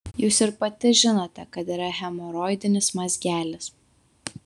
jūs ir pati žinote kad yra hemoroidinis mazgelis